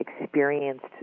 experienced